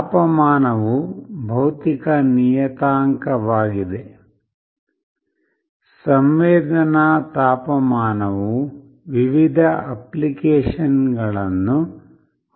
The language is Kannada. ತಾಪಮಾನವು ಭೌತಿಕ ನಿಯತಾಂಕವಾಗಿದೆ ಸಂವೇದನಾ ತಾಪಮಾನವು ವಿವಿಧ ಅಪ್ಲಿಕೇಶನ್ಗಳನ್ನು ಹೊಂದಿದೆ